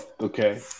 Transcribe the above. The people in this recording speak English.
okay